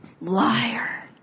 Liar